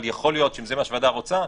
אבל יכול להיות שאם זה מה שהוועדה רוצה,